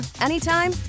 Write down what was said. anytime